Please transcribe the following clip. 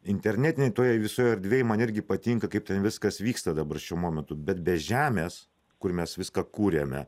internetinėj toje visoj erdvėj man irgi patinka kaip ten viskas vyksta dabar šiuo momentu bet be žemės kur mes viską kuriame